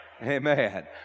Amen